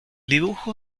dibujo